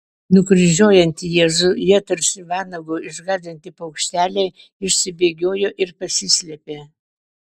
nukryžiuojant jėzų jie tarsi vanago išgąsdinti paukšteliai išsibėgiojo ir pasislėpė